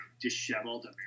disheveled